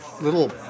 little